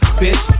bitch